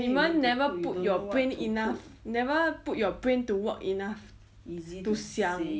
你们 never put your brain enough never put your brain to work enough to 想